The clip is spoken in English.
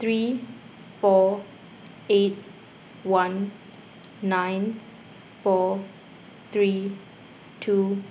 three four eight one nine four three two